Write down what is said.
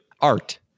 Art